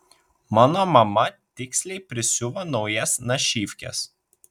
mano mama tiksliai prisiuvo naujas našyvkes